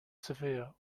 severe